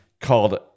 called